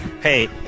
Hey